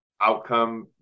outcome